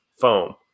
foam